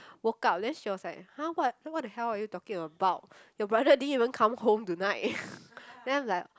woke up then she was like !huh! what what the hell are you talking about your brother didn't even come home tonight then I'm like